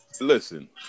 listen